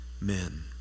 men